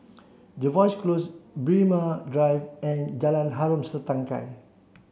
Jervois Close Braemar Drive and Jalan Harom Setangkai